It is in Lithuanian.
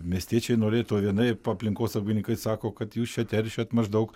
miestiečiai norėtų vienaip o aplinkosaugininkai sako kad jūs čia teršiat maždaug